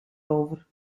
over